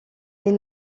est